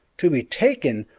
to be taken!